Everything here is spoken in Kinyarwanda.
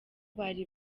bari